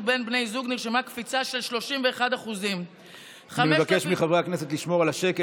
בין בני זוג נרשמה קפיצה של 31%. אני מבקש מחברי הכנסת לשמור על השקט.